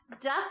duck